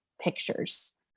pictures